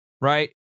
right